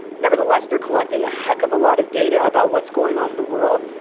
nevertheless, they're collecting a heck of a lot of data about what's going on in the world,